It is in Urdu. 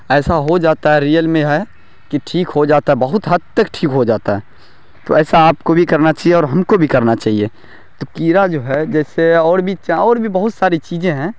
ایسا ہو جاتا ہے ریئل میں ہے کہ ٹھیک ہو جاتا بہت حد تک ٹھیک ہو جاتا ہے تو ایسا آپ کو بھی کرنا چاہیے اور ہم کو بھی کرنا چاہیے تو کیڑا جو ہے جیسے اور بھی اور بھی بہت ساری چیزیں ہیں